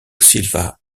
silva